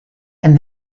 and